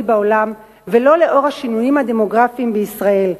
בעולם ולא עם השינויים הדמוגרפיים בישראל.